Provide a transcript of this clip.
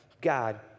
God